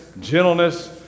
gentleness